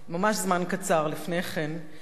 ממש זמן קצר לפני כן,